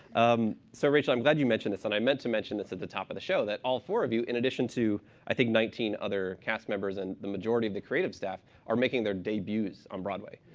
um so rachel, i'm glad you mentioned this. and i meant to mention this at the top of the show that all four of you, in addition to i think nineteen other cast members and the majority of the creative staff are making their debuts on broadway.